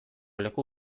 leku